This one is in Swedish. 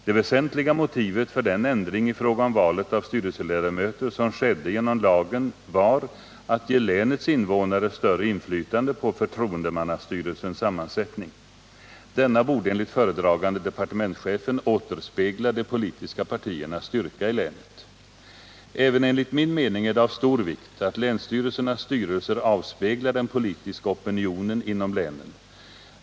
Det väsentliga motivet för den ändring i fråga om valet av styrelseledamöter som skedde genom lagen var att ge länets invånare större inflytande på förtroendemannastyrelsens sammansättning. Denna borde enligt föredragande departementschefen återspegla de politiska partiernas styrka i länet. Även enligt min mening är det av stor vikt att länsstyrelsernas styrelser avspeglar den poktiska opinionen inom länen.